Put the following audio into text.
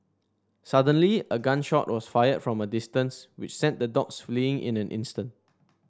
suddenly a gun shot was fired from a distance which sent the dogs fleeing in an instant